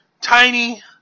tiny